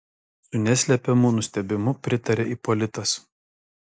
su neslepiamu nustebimu pritarė ipolitas